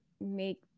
make